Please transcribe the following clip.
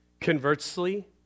Conversely